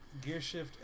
Gearshift